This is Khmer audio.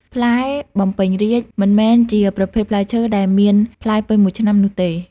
ផ្លែបំពេញរាជ្យមិនមែនជាប្រភេទផ្លែឈើដែលមានផ្លែពេញមួយឆ្នាំនោះទេ។